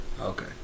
Okay